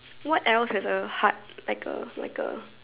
what else has a hard like a like A